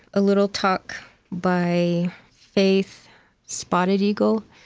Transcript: a little talk by faith spotted eagle.